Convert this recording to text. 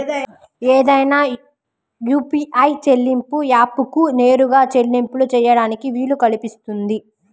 ఏదైనా యూ.పీ.ఐ చెల్లింపు యాప్కు నేరుగా చెల్లింపులు చేయడానికి వీలు కల్పిస్తుంది